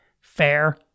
fair